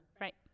Right